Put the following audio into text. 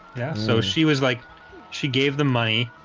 yeah, so she was like she gave them money.